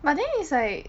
but then it's like